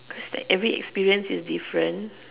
cause like every experience is different